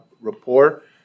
rapport